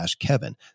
kevin